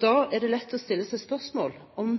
Da er det lett å stille seg spørsmålet om